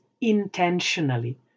intentionally